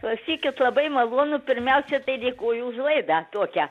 klausykit labai malonu pirmiausia tai dėkoju už laidą tokią